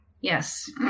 Yes